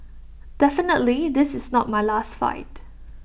definitely this is not my last fight